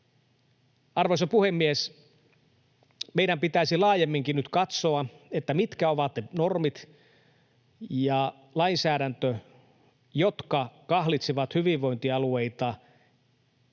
Arvoisa puhemies! Meidän pitäisi laajemminkin nyt katsoa, mitkä ovat ne normit ja lainsäädäntö, jotka kahlitsevat hyvinvointialueita ja